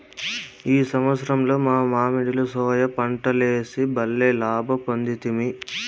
ఈ సంవత్సరం మా మడిలో సోయా పంటలేసి బల్లే లాభ పొందితిమి